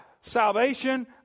salvation